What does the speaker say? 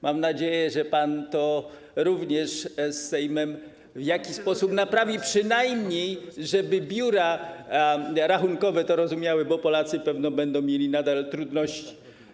Mam nadzieję, że pan to również z Sejmem w jakiś sposób naprawi, przynajmniej żeby biura rachunkowe to rozumiały, bo Polacy pewno będą mieli nadal trudności.